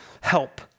help